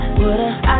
woulda